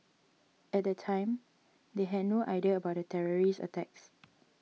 at the time they had no idea about the terrorist attacks